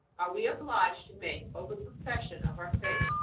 are we obliged to make open profession of our faith?